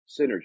synergy